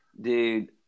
Dude